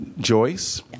Joyce